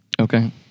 Okay